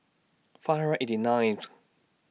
five hundred eighty ninth